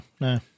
no